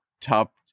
top